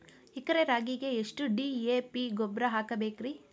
ಎಕರೆ ರಾಗಿಗೆ ಎಷ್ಟು ಡಿ.ಎ.ಪಿ ಗೊಬ್ರಾ ಹಾಕಬೇಕ್ರಿ?